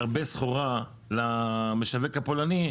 הרבה סחורה למשווק הפולני,